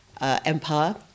empire